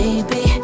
Baby